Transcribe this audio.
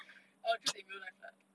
I will choose in real life lah